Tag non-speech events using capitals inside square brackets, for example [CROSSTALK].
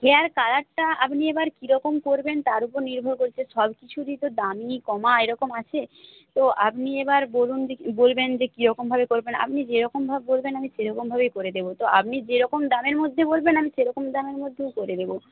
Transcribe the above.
hair কালারটা আপনি এবার কীরকম করবেন তার ওপর নির্ভর করছে সব কিছুরইতো দামি কমা এরকম আছে তো আপনি এবার বলুন [UNINTELLIGIBLE] বলবেন যে কিরকমভাবে করবেন আপনি যেরকমভাবে বলবেন আমি সেরকমভাবেই করে দেব তো আপনি যেরকম দামের মধ্যে বলবেন আমি সেরকম দামের মধ্যেই করে দেব